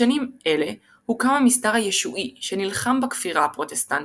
בשנים אלה הוקם המסדר הישועי שנלחם בכפירה הפרוטסטנטית,